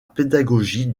pédagogie